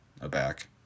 aback